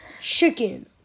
Chicken